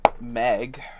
Meg